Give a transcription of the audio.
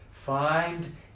Find